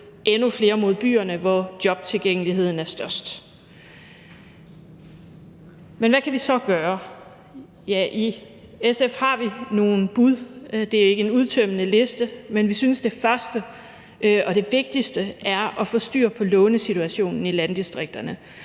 endnu flere mod byerne, hvor jobtilgængeligheden er størst. Men hvad kan vi så gøre? Ja, i SF har vi nogle bud, det er ikke en udtømmende liste, men vi synes, at det første og det vigtigste er at få styr på lånesituationen i landdistrikterne.